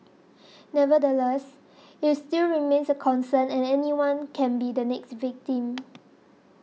nevertheless it still remains a concern and anyone can be the next victim